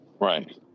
Right